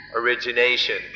origination